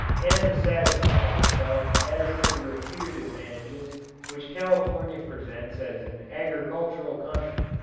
and to satisfy himself as to the reputed advantages which california presents as an agricultural country.